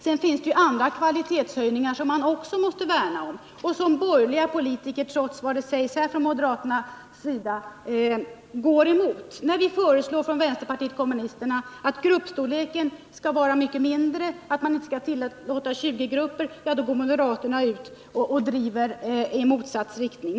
Sedan finns det andra kvalitetshöjningar som man också måste värna om och som borgerliga politiker trots vad som sägs från moderaternas sida går emot. Vi föreslår från vpk att gruppstorleken skall vara mycket mindre, att man inte skall tillåta 20-grupper, men de moderata driver frågan i motsatt riktning.